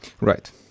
Right